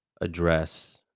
address